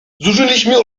zużyliśmy